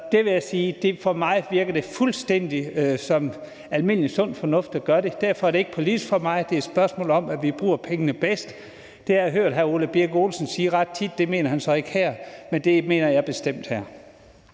en bolig stående tom. For mig virker det fuldstændig som almindelig sund fornuft at gøre det. Derfor er det ikke politisk for mig. Det er et spørgsmål om, at vi bruger pengene bedst. Det har jeg hørt hr. Ole Birk Olesen sige ret tit. Det mener han så ikke her, men det mener jeg bestemt her.